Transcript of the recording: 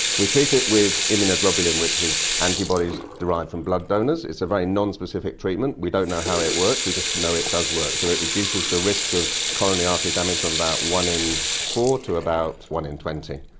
we treat it with immunoglobulin, which is antibodies derived from blood donors. it's a very non-specific treatment. we don't know how it works, we just know it does work. so it reduces the risk of coronary artery damage from about one in four to about one in twenty.